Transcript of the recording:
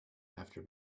after